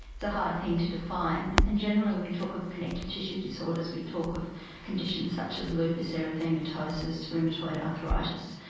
it's a hard thing to define, and generally when we talk of connective tissue disorders we talk of conditions such as lupus erythematosus, rheumatoid arthritis.